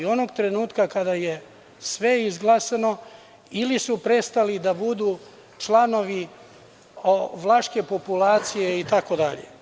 Onog trenutka kada je sve izglasano ili su prestali da budu članovi vlaške populacije itd.